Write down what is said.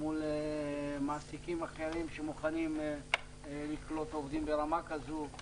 מול מעסיקים אחרים שמוכנים לקלוט עובדים ברמה כזו,